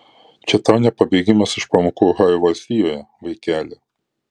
čia tau ne pabėgimas iš pamokų ohajo valstijoje vaikeli